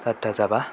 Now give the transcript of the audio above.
सारिथा जाबा